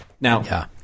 now